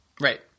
Right